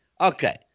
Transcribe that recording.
Okay